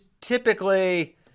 typically